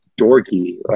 dorky